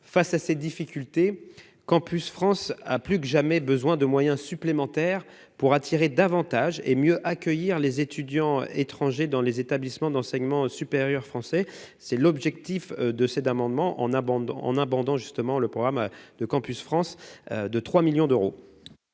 Face à ces difficultés, Campus France a plus que jamais besoin de moyens supplémentaires pour attirer davantage et mieux accueillir les étudiants étrangers dans les établissements d'enseignement supérieur français. C'est pourquoi cet amendement tend à abonder le programme « Diplomatie culturelle et